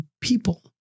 people